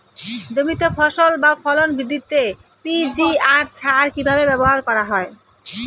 জমিতে ফসল বা ফলন বৃদ্ধিতে পি.জি.আর সার কীভাবে ব্যবহার করা হয়?